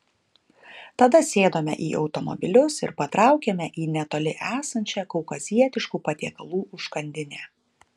tada sėdome į automobilius ir patraukėme į netoli esančią kaukazietiškų patiekalų užkandinę